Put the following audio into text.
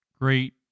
great